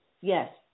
Yes